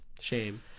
Shame